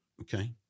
okay